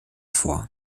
vor